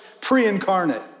pre-incarnate